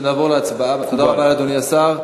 תודה רבה, אדוני השר.